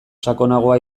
sakonagoa